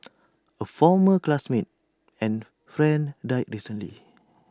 A former classmate and friend died recently